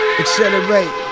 accelerate